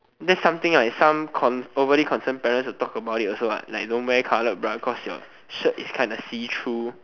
that's something like some con~ overly concerned parents would talk about it also what like don't wear coloured bra cause your shirt is kinda see through